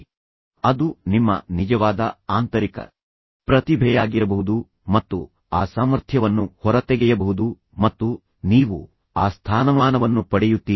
ಆದ್ದರಿಂದ ಅದು ನಿಮ್ಮ ನಿಜವಾದ ಆಂತರಿಕ ಪ್ರತಿಭೆಯಾಗಿರಬಹುದು ಮತ್ತು ಆ ಸಾಮರ್ಥ್ಯವನ್ನು ಹೊರತೆಗೆಯಬಹುದು ಮತ್ತು ನೀವು ನಿಮ್ಮ ಸ್ವಂತ ಅಭಿಮಾನಿಗಳನ್ನು ಹೊಂದಿರುತ್ತೀರಿ ಮತ್ತು ನೀವು ಆ ಸ್ಥಾನಮಾನವನ್ನು ಪಡೆಯುತ್ತೀರಿ